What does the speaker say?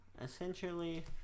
essentially